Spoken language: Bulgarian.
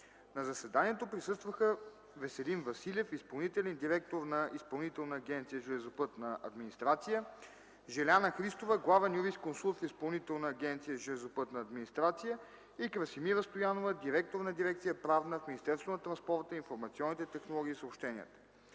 На заседанието присъстваха: Веселин Василев – изпълнителен директор на Изпълнителна агенция „Железопътна администрация”, Желяна Христова – главен юрисконсулт в Изпълнителна агенция „Железопътна администрация”, и Красимира Стоянова – директор на дирекция „Правна” в Министерството на транспорта, информационните технологии и съобщенията.